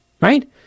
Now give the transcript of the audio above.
right